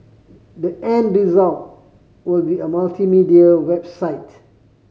the end result will be a multimedia website